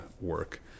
work